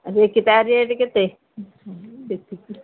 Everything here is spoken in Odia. ଦେଖି ତା ରେଟ୍ କେତେ